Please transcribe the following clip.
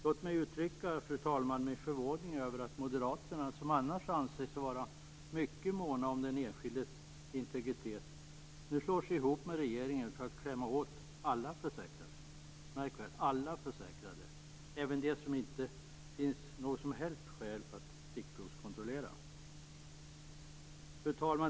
Låt mig uttrycka min förvåning över att Moderaterna, som annars anser sig vara mycket måna om den enskildes integritet, nu slår sig ihop med regeringen för att klämma åt alla försäkrade. Märk väl: alla försäkrade. Det gäller alltså även dem som det inte finns något som helst skäl att stickprovskontrollerna.